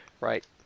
Right